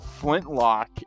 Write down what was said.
Flintlock